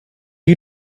you